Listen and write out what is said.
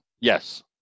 Yes